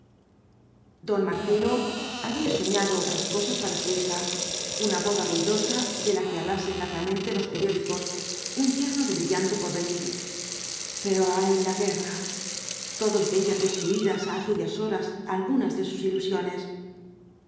don marcelo había soñado otras cosas para su hija una boda ruidosa de la que hablasen largamente los periódicos un yerno de brillante porvenir pero ay la guerra todos veían destruidas á aquellas horas algunas de sus ilusiones